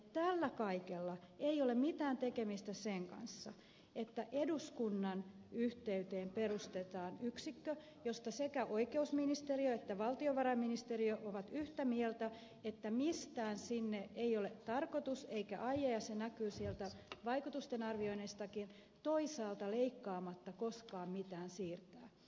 tällä kaikella ei ole mitään tekemistä sen kanssa että eduskunnan yhteyteen perustetaan yksikkö josta sekä oikeusministeriö että valtiovarainministeriö ovat yhtä mieltä että mistään sinne ei ole tarkoitus eikä aie ja se näkyy sieltä vaikutusten arvioinneistakin toisaalta leikkaamatta koskaan mitään siirtää